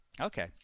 Okay